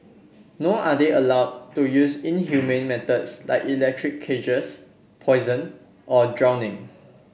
nor are they allowed to use inhumane methods like electric cages poison or drowning